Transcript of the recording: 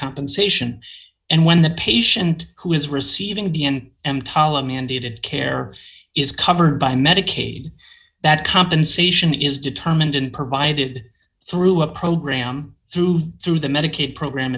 compensation and when the patient who is receiving the end emtala mandated care is covered by medicaid that compensation is determined and provided through a program through to the medicaid program